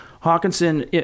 Hawkinson